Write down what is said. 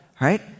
right